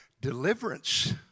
Deliverance